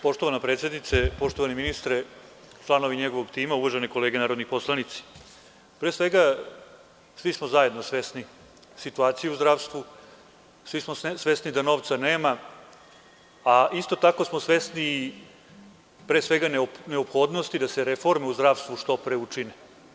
Poštovana predsednice, poštovani ministre, članovi njegovog tima, uvažene kolege narodni poslanici, pre svega svi smo zajedno svesni situaciji u zdravstvu, svi smo svesni da novca nema, a isto tako smo svesni i neophodnosti da se reforme u zdravstvu što pre učine.